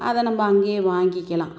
அதை நம்ம அங்கேயே வாங்கிக்கலாம்